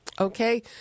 Okay